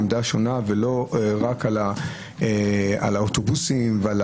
עמדה שונה ולא רק על האוטובוסים ועל